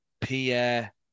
Pierre